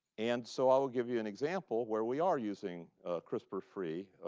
and so i will give you an example where we are using crispr-free